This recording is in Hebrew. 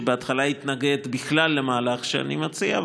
שבהתחלה התנגד בכלל למהלך שאני מציע,